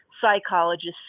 psychologists